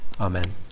Amen